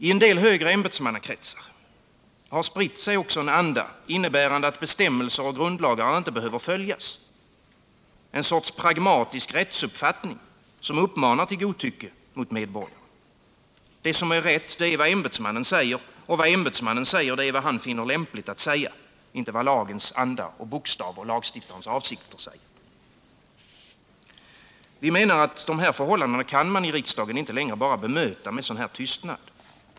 I en del högre ämbetsmannakretsar har spritt sig en anda, innebärande att bestämmelser och grundlagar inte behöver följas, en sorts pragmatisk rättsuppfattning, som uppmanar till godtycke mot medborgarna. Det som är rätt är vad ämbetsmannen säger, och vad ämbetsmannen säger är vad han finner lämpligt att säga, inte vad lagens anda och bokstav och lagstiftarens avsikter säger. Dessa förhållanden kan vi i riksdagen inte längre bara bemöta med tystnad.